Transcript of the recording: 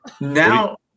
Now